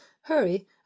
hurry